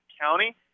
County